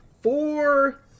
four